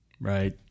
right